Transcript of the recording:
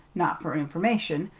not for information,